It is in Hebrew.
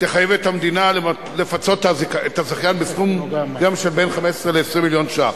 תחייב את המדינה לפצות את הזכיין בסכום של 15 20 מיליון שקלים.